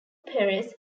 perez